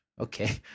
okay